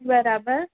બરાબર